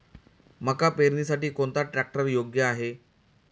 मका पेरणीसाठी कोणता ट्रॅक्टर योग्य आहे?